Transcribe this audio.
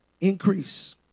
Increase